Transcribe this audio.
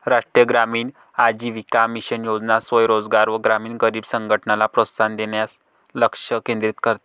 राष्ट्रीय ग्रामीण आजीविका मिशन योजना स्वयं रोजगार व ग्रामीण गरीब संघटनला प्रोत्साहन देण्यास लक्ष केंद्रित करते